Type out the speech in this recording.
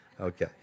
Okay